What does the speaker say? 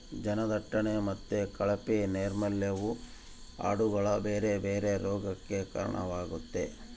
ಜನದಟ್ಟಣೆ ಮತ್ತೆ ಕಳಪೆ ನೈರ್ಮಲ್ಯವು ಆಡುಗಳ ಬೇರೆ ಬೇರೆ ರೋಗಗಕ್ಕ ಕಾರಣವಾಗ್ತತೆ